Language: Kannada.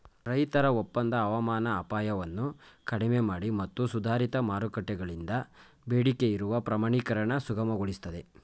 ರೈತರ ಒಪ್ಪಂದ ಹವಾಮಾನ ಅಪಾಯವನ್ನು ಕಡಿಮೆಮಾಡಿ ಮತ್ತು ಸುಧಾರಿತ ಮಾರುಕಟ್ಟೆಗಳಿಂದ ಬೇಡಿಕೆಯಿರುವ ಪ್ರಮಾಣೀಕರಣ ಸುಗಮಗೊಳಿಸ್ತದೆ